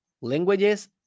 languages